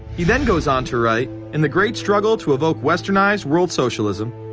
he then goes on to write in the great struggle to evoke westernized world socialism,